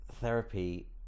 therapy